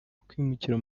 kwimukira